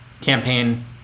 campaign